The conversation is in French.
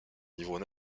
niveaux